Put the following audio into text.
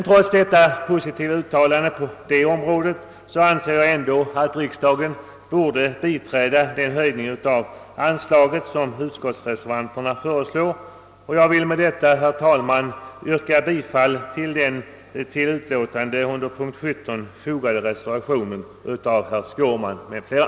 Trots detta positiva uttalande anser jag ändå att riksdagen borde biträda den höjning av anslaget som utskottsreservanterna föreslår. Med detta, herr talman, ber jag få yrka bifall till den under punkten 18 i utskottsutlåtandet fogade reservationen av herr Skårman m.fl.